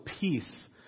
peace